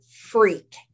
freak